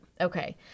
Okay